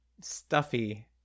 stuffy